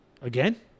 Again